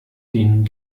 den